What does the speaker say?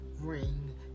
Ring